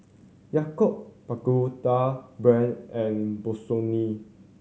Yakult Pagoda Brand and Bossini